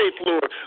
Lord